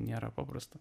nėra paprasta